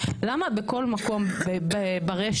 למה בכל מקום ברשת